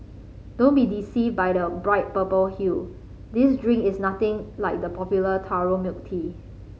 don't be deceived by the bright purple hue this drink is nothing like the popular taro milk tea